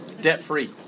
Debt-free